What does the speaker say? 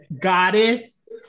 Goddess